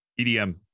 EDM